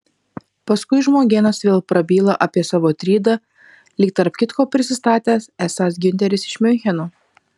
paskui žmogėnas vėl prabyla apie savo trydą lyg tarp kitko prisistatęs esąs giunteris iš miuncheno